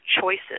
choices